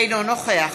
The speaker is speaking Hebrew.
אינו נוכח